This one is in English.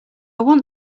want